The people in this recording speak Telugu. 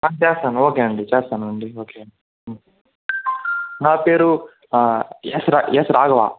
చేస్తాను ఓకే అండి చేస్తానండి ఓకే అండి నాపేరు ఎస్ రా ఎస్ రాఘవ